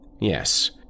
Yes